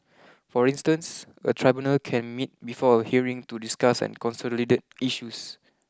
for instance a tribunal can meet before a hearing to discuss and consolidate issues